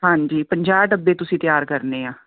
ਹਾਂਜੀ ਪੰਜਾਹ ਡੱਬੇ ਤੁਸੀਂ ਤਿਆਰ ਕਰਨੇ ਆ